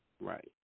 Right